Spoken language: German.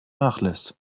nachlässt